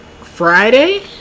Friday